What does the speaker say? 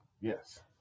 Yes